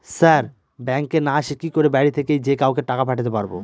Sir ব্যাঙ্কে না এসে কি করে বাড়ি থেকেই যে কাউকে টাকা পাঠাতে পারবো?